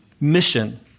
mission